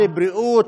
לבריאות,